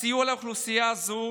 סיוע לאוכלוסייה זו